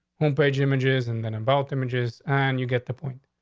homepage images and then involved images and you get the point.